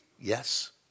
Yes